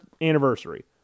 anniversary